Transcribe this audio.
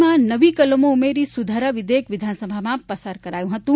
માં નવી કલમો ઉમેરી સુધારા વિધેયક વિધાનસભામાં પસાર કર્યું હતું